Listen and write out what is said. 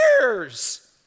years